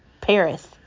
Paris